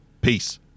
peace